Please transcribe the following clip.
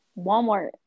Walmart